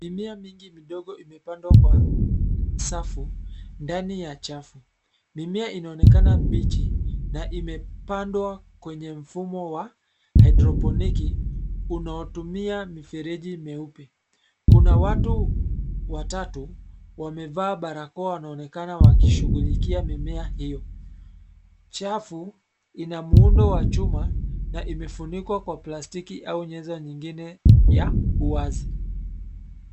Mimea mingi midogo imepandwa kwa, safu, ndani ya chafu. Mimea inaonekana bichi, na imepandwa kwenye mfumo wa, hydroponiki, unaotumia mifereji meupe. Kuna watu, watatu, wamevaa barakoa wanaonekana wakishughulikia mimea hiyo. Chafu, ina muundo wa chuma, na imefunikwa kwa plastiki au nyeza nyingine, ya, uwazi.